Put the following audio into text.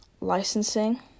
licensing